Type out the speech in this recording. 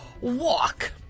walk